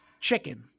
chicken